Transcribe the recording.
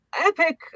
epic